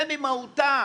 זה ממהותה,